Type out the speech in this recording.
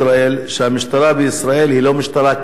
שהמשטרה בישראל היא לא משטרה קלאסית,